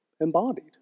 embodied